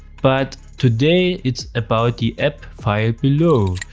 but today, it's about the app file below.